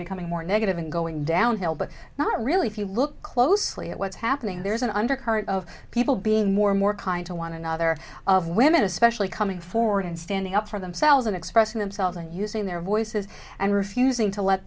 becoming more negative and going downhill but not really if you look closely at what's happening there's an undercurrent of people being more and more kind to one another of women especially coming forward and standing up for themselves and expressing themselves and using their voices and refusing to let